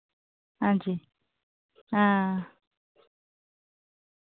हां जी हां